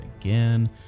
again